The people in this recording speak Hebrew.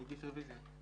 הישיבה נעולה.